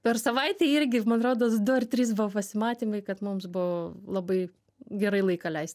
per savaitę irgi man rodos du ar trys buvo pasimatymai kad mums buvo labai gerai laiką leist